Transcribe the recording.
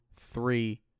three